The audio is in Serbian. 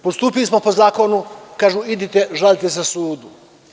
Postupili smo po zakonu i kažu – idite, žalite se sudu.